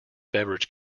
beverage